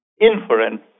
inference